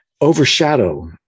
overshadow